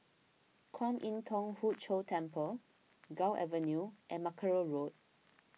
Kwan Im Thong Hood Cho Temple Gul Avenue and Mackerrow Road